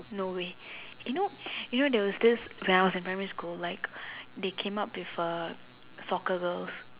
no way you know you know there was this when I was in primary school like they came up with a soccer girls